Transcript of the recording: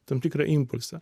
tam tikrą impulsą